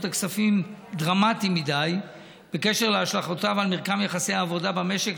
הכספים יהפוך לדרמטי מדי בקשר להשלכותיו על מרקם יחסי העבודה במשק,